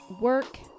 work